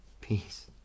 Peace